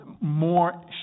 More